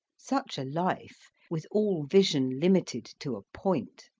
such a life, with all vision limited to a point,